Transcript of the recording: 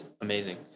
amazing